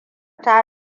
ta